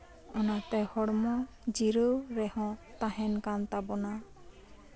ᱚᱱᱟᱛᱮ ᱦᱚᱲᱢᱚ ᱡᱤᱨᱟᱹᱣ ᱨᱮᱦᱚᱸ ᱛᱟᱦᱮᱸ ᱠᱟᱱ ᱛᱟᱵᱳᱱᱟ